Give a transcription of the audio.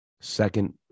second